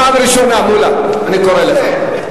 פעם ראשונה אני קורא אותך.